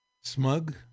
smug